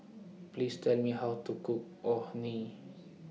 Please Tell Me How to Cook Orh Nee